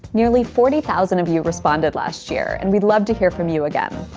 nearly forty thousand of you responded last year and we'd love to hear from you again.